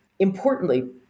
Importantly